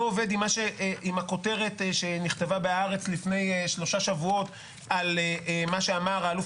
לא עובד עם הכותרת שנכבתה ב"הארץ" לפני שלושה שבועות על מה שאמר האלוף